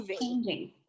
changing